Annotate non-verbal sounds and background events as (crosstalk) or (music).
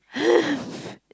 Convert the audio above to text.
(laughs)